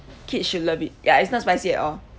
kids should love it ya it's not spicy at all